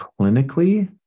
clinically